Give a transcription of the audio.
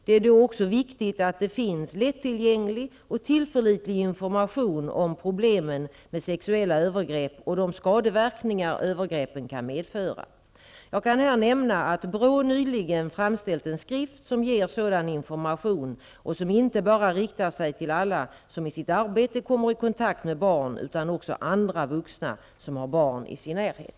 Det är då också viktigt att det finns lättillgänglig och tillförlitlig information om problemen med sexuella övergrepp och de skadeverkningar övergreppen kan medföra. Jag kan här nämna att BRÅ nyligen framställt en skrift som ger sådan information och som inte bara riktar sig till alla som i sitt arbete kommer i kontakt med barn utan också andra vuxna som har barn i sin närhet.